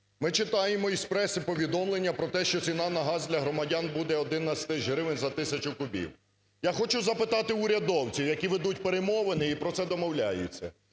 Ми читаємо з преси повідомлення про те, що ціна на газ для громадян буде 11 тисяч гривен за тисячу кубів. Я хочу запитати урядовців, які ведуть перемовини і про це домовляються,